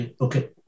okay